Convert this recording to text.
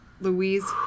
Louise